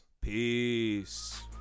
Peace